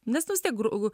nes nus vistiek gru gu